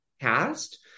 cast